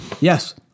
yes